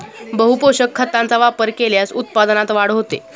बहुपोषक खतांचा वापर केल्यास उत्पादनात वाढ होते